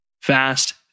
fast